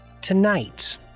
tonight